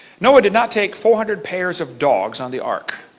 noah did not take four hundred pairs of dogs on the ark.